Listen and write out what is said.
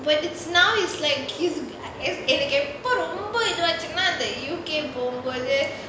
but it's now is like எனக்கு எப்போ ரொம்ப இது வாச்சுனா இந்த:enaku eppo romba ithuvaachuna intha U_K போகும் போது:pogum pothu